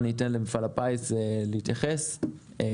אני אתן לנציגי מפעל הפיס להתייחס לזה.